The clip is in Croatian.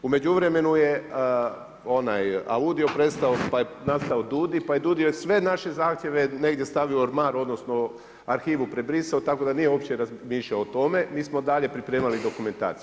U međuvremenu je onaj AUDIO prestao, pa je nastao DUUDI, pa je DUUDI, sve naše zahtjeve negdje stavio u ormar, odnosno, arhivu prebrisao, tako da nije uopće razmišljao o tome, mi smo dalje pripremali dokumentaciju.